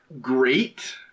great